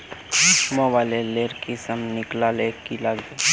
Mobile लेर किसम निकलाले की लागबे?